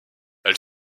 elle